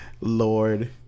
lord